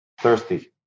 thirsty